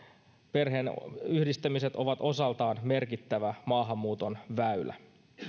perheenyhdistämiset ovat osaltaan merkittävä maahanmuuton väylä